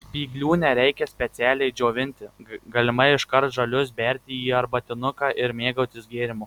spyglių nereikia specialiai džiovinti galima iškart žalius berti į arbatinuką ir mėgautis gėrimu